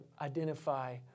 identify